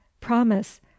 promise